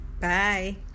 bye